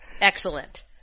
Excellent